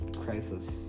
crisis